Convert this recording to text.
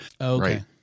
Okay